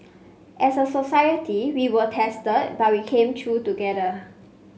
as a society we were tested but we came through together